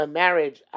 marriage